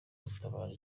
gutabara